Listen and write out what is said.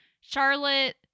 Charlotte